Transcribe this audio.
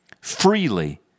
freely